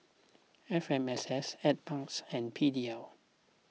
F M S S N Parks and P D L